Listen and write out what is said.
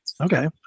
Okay